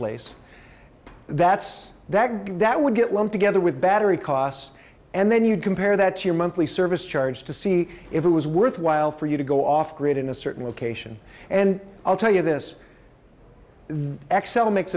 place that's that big that would get lumped together with battery costs and then you'd compare that to your monthly service charge to see if it was worthwhile for you to go off grid in a certain location and i'll tell you this